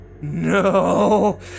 No